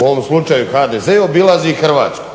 u ovom slučaju HDZ obilazi Hrvatsku,